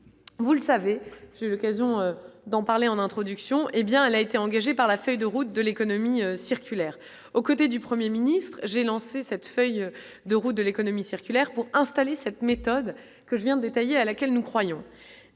vous le savez je l'occasion d'en parler, en introduction, hé bien elle a été engagé par la feuille de route de l'économie circulaire aux côtés du 1er ministre j'ai lancé cette feuille de route de l'économie circulaire pour installer cette méthode que je viens de tailler à laquelle nous croyons